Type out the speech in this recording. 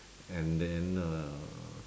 and then uh